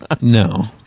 No